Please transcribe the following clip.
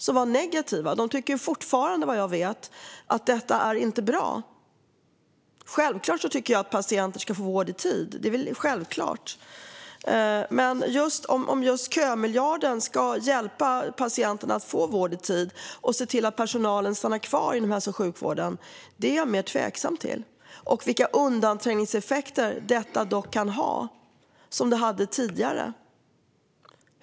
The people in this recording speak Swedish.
De var negativa, och vad jag vet tycker de fortfarande inte att detta är bra. Självklart tycker jag att patienter ska få vård i tid, men jag är mer tveksam till om kömiljarden kommer att hjälpa patienterna att få vård i tid och se till att personalen stannar kvar inom hälso och sjukvården. Jag är också tveksam när det gäller de underträngningseffekter detta kan ha, som det hade tidigare.